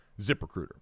ZipRecruiter